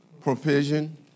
provision